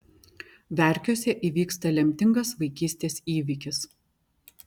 verkiuose įvyksta lemtingas vaikystės įvykis